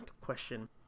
question